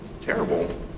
terrible